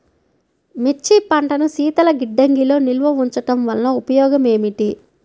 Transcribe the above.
మిర్చి పంటను శీతల గిడ్డంగిలో నిల్వ ఉంచటం వలన ఉపయోగం ఏమిటి?